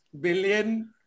billion